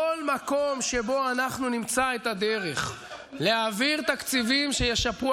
בכל מקום שבו אנחנו נמצא את הדרך להעביר תקציבים שישפרו,